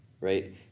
right